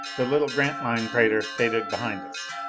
the little grantline crater faded behind us.